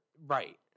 Right